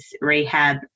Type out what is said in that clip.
rehab